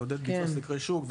של לעודד ביצוע של סקרי שוק,